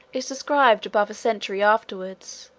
is described above a century afterwards,